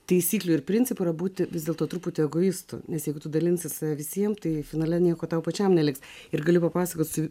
taisyklių ir principų yra būti vis dėlto truputį egoistų nesiektų dalinsis visiems tai finale nieko tau pačiam neliks ir galiu papasakoti su